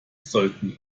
sollten